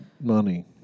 money